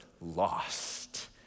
lost